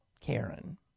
Karen